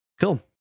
Cool